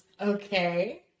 Okay